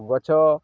ଗଛ